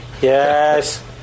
Yes